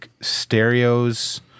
stereos